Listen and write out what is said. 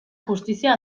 justizia